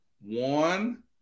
one